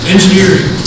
Engineering